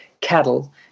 cattle